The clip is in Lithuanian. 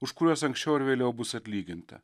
už kuriuos anksčiau ar vėliau bus atlyginta